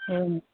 অঁ